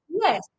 yes